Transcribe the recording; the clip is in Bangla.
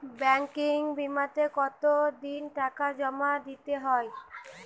ব্যাঙ্কিং বিমাতে কত দিন টাকা জমা দিতে হয়?